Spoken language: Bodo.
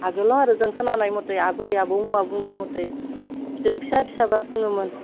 आगोलाव आरो जों खोनानाय मथे आबै आबौमोना बुंनाय मथै जों फिसा फिसाबा बुङोमोन